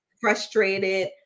frustrated